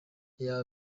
iyaba